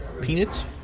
Peanuts